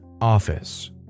office